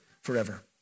forever